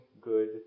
good